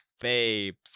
babes